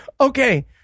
Okay